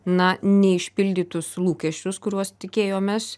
na neišpildytus lūkesčius kuriuos tikėjomės